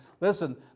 listen